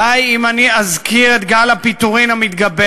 די אם אני אזכיר את גל הפיטורים המתגבר,